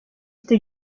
into